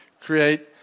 create